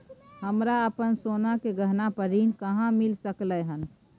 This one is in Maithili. हमरा अपन सोना के गहना पर ऋण कहाॅं मिल सकलय हन?